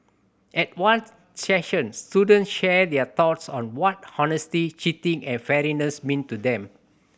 at one session students shared their thoughts on what honesty cheating and fairness mean to them